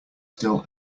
still